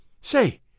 Say